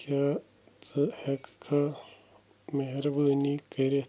کیٛاہ ژٕ ہٮ۪کھا مہربٲنی کٔرِتھ